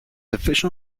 official